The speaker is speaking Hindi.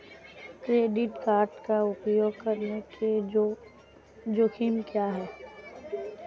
क्रेडिट कार्ड का उपयोग करने के जोखिम क्या हैं?